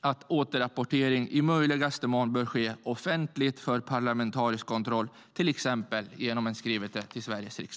att återrapportering i möjligaste mån bör ske offentligt för parlamentarisk kontroll, till exempel genom en skrivelse till Sveriges riksdag.